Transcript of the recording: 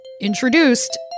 introduced